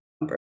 number